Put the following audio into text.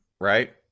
Right